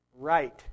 right